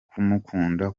kumukunda